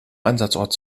einsatzort